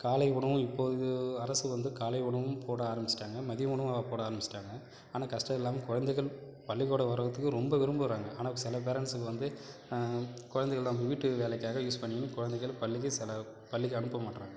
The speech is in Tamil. காலை உணவும் இப்போது அரசு வந்து காலை உணவும் போட ஆரமிச்சிவிட்டாங்க மதிய உணவும் போட ஆரமிச்சிவிட்டாங்க ஆனால் கஷ்டம் இல்லாமல் குழந்தைகள் பள்ளிக்கூடம் வர்றத்துக்கு ரொம்ப விரும்புறாங்க ஆனால் சில பேரண்ட்ஸுக வந்து குழந்தைகள அவங்க வீட்டு வேலைக்காக யூஸ் பண்ணிக்கின்னு குழந்தைகள் பள்ளிக்கு சில பள்ளிக்கு அனுப்ப மாட்டுறாங்க